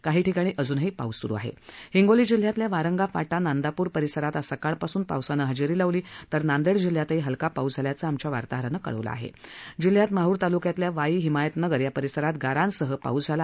काही ठिकाणी अजूनही पाऊस सुरू आह हिंगोली जिल्ह्यातल्या वारंगा फाटा नांदापूर परिसरातही आज सकाळपासून पावसान डिजरी लावली तर नांदेड जिल्ह्यातही हलका पाऊस झाल्याचं आमच्या वार्ताहरानं कळवलं आहा जिल्ह्यात माहूर तालुक्यातल्या वाई हिमायतनगर या परिसरात गारांसह पाऊस झाला